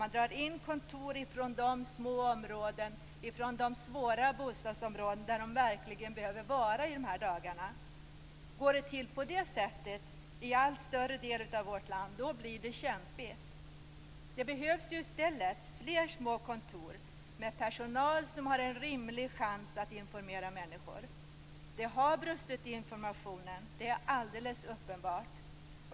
Man drar in kontor från små områden, från svåra bostadsområden där man verkligen behöver vara i de här dagarna. Går det till på det sättet i allt större delar av vårt land blir det kämpigt. Det behövs i stället fler små kontor med personal som har en rimlig chans att informera människor. Det har brustit i informationen, det är alldeles uppenbart.